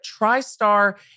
Tristar